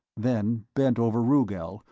then bent over rugel,